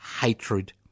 hatred